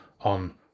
on